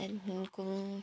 त्यहाँदेखिन्को